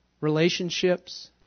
relationships